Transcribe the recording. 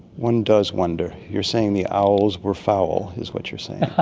one does wonder. you're saying the owls were foul, is what you're saying.